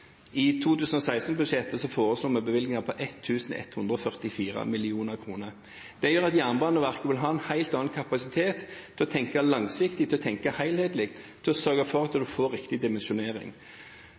vi bevilgninger på 1 144 mill. kr. Det gjør at Jernbaneverket vil ha en helt annen kapasitet til å tenke langsiktig, til å tenke helhetlig og til å sørge for at en får riktig dimensjonering.